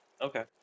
Okay